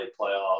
playoffs